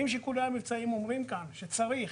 ואם שיקולי המבצעים אומרים כאן שצריך,